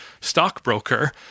stockbroker